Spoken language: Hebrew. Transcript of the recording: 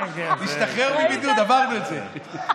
נשתחרר מבידוד, עברנו את זה.